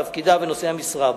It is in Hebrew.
תפקידיו ונושאי המשרה בו.